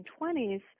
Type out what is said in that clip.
1920s